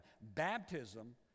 Baptism